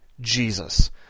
Jesus